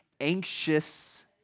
anxious